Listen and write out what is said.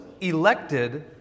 elected